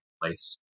place